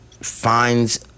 finds